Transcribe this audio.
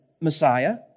Messiah